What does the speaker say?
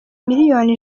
miliyoni